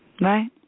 Right